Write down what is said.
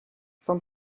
from